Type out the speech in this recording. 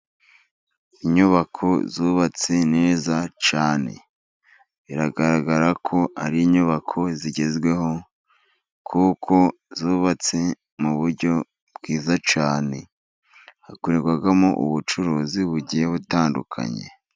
Inyubako zubatse neza cyane, biragaragara ko ari inyubako zigezweho kuko zubatse mu buryo bwiza cyane, hakorerwamo ubucuruzi bugiye butandukanye.